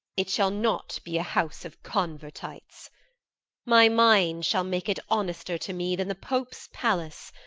it shall not be a house of convertites my mind shall make it honester to me than the pope's palace,